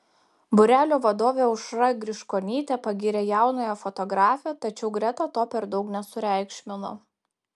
būrelio vadovė aušra griškonytė pagyrė jaunąją fotografę tačiau greta to per daug nesureikšmino